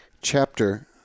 Chapter